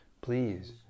please